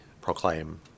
proclaim